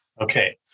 Okay